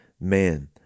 Man